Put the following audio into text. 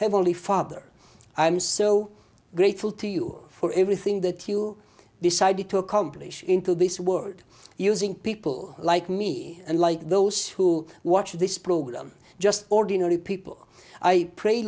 heavenly father i am so grateful to you for everything that you decided to accomplish into this world using people like me and like those who watch this program just ordinary people i pray